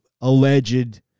alleged